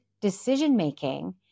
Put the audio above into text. decision-making